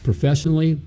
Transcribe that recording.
Professionally